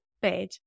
bed